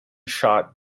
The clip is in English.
shot